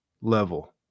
level